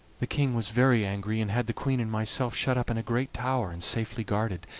the king was very angry, and had the queen and myself shut up in a great tower and safely guarded,